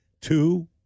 two